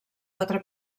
quatre